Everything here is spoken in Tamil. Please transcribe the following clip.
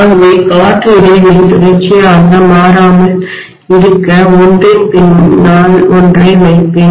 ஆகவே காற்று இடைவெளி தொடர்ச்சியாக மாறாமல் இருக்க ஒன்றின் பின்னால் ஒன்றை வைப்பேன்